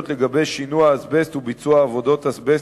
לשינוע אזבסט ולביצוע עבודות אזבסט,